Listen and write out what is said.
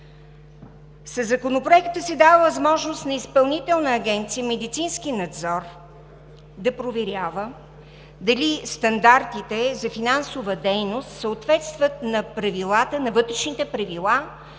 Със Законопроекта се дава възможност на Изпълнителна агенция „Медицински надзор“ да проверява дали стандартите за финансова дейност съответстват на Вътрешните правила